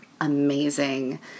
amazing